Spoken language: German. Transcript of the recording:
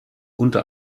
unter